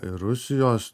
ir rusijos